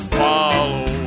follow